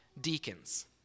deacons